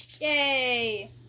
Yay